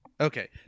Okay